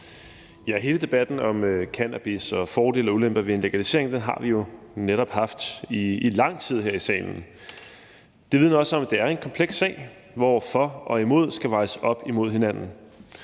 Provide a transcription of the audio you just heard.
Ja, hele debatten om cannabis og om fordele og ulemper ved en legalisering har vi jo netop haft gennem lang tid her i salen. Det vidner også om, at det er en kompleks sag, hvor for og imod skal vejes op mod hinanden.